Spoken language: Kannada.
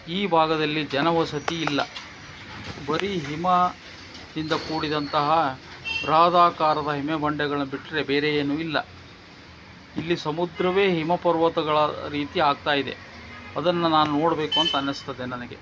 ಈ ಭಾಗದಲ್ಲಿ ಜನವಸತಿ ಇಲ್ಲ ಬರೀ ಹಿಮದಿಂದ ಕೂಡಿದಂತಹ ಬೃಹದಾಕಾರದ ಹಿಮ ಬಂಡೆಗಳ್ನ ಬಿಟ್ಟರೆ ಬೇರೆ ಏನೂ ಇಲ್ಲ ಇಲ್ಲಿ ಸಮುದ್ರವೇ ಹಿಮ ಪರ್ವತಗಳ ರೀತಿ ಆಗ್ತಾ ಇದೆ ಅದನ್ನು ನಾನು ನೋಡ್ಬೇಕು ಅಂತ ಅನ್ನಿಸ್ತದೆ ನನಗೆ